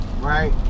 Right